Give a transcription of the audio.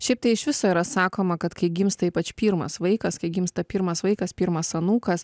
šiaip tai iš viso yra sakoma kad kai gimsta ypač pirmas vaikas kai gimsta pirmas vaikas pirmas anūkas